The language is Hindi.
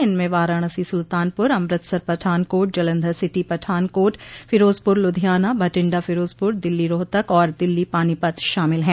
इनमें वाराणसी सुल्तानपुर अमृतसर पठानकोट जलंधर सिटी पठानकोट फीरोजपुर लुधियाना भटिंडा फीरोजपुर दिल्ली रोहतक और दिल्ली पानीपत शामिल हैं